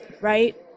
right